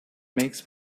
makes